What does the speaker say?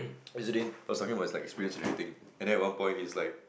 was talking about his like experience and everything and then at one point he's like